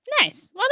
Nice